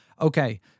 Okay